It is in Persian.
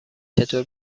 چطور